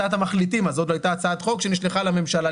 הצעת המחליטים הזאת הייתה הצעת חוק שנשלחה לממשלה.